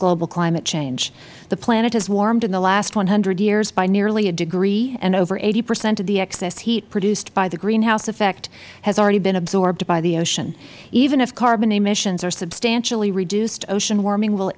global climate change the planet has warmed in the last one hundred years by nearly a degree and over eighty percent of the excess heat produced by the greenhouse effect has already been absorbed by the ocean even if carbon emissions are substantially reduced ocean warming will